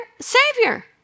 savior